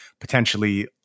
potentially